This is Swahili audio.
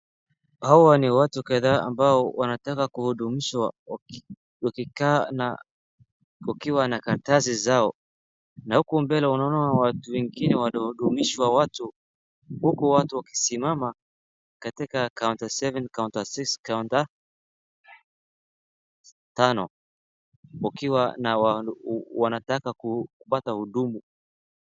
hawa ni watu kadhaa ambao wanataka kuhudumiwa wakikaa na wakiwa na karatasi zao na huku mbele unaona watu wegine wnaohudumisha watu huku watu wakisimama katika counter seven ,counter six ,counter tano wakiwa wanataka kupata huduma